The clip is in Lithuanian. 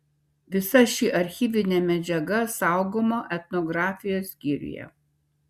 visa ši archyvinė medžiaga saugoma etnografijos skyriuje